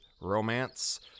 romance